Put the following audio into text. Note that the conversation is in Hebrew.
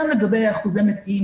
גם לגבי אחוזי מתים,